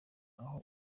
aho